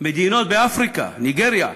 מדינות באפריקה: ניגריה,